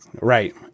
Right